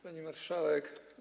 Pani Marszałek!